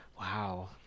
Wow